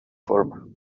form